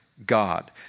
God